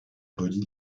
relie